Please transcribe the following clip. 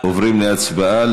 עוברים להצבעה.